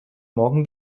morgen